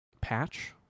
patch